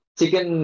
chicken